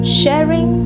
sharing